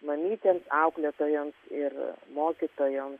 mamytėms auklėtojoms ir mokytojoms